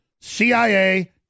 CIA